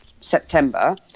September